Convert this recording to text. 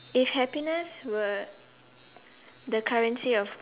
if happiness were the currency of